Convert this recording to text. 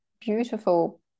beautiful